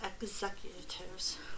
executives